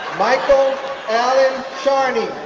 michael allen chorney,